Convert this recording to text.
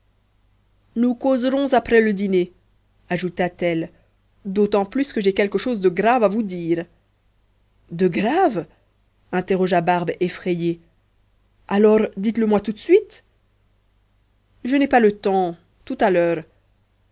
nous causerons après le dîner ajouta-t-elle d'autant plus que j'ai quelque chose de grave à vous dire de grave interrogea barbe effrayée alors dites-le moi tout de suite je n'ai pas le temps tout à l'heure